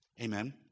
Amen